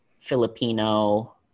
Filipino